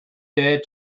dared